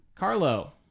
Carlo